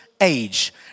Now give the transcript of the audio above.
age